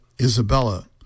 Isabella